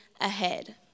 ahead